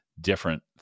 different